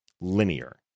linear